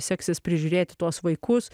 seksis prižiūrėti tuos vaikus